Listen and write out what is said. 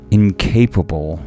incapable